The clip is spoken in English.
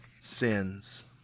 sins